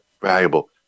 valuable